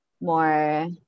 more